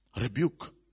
Rebuke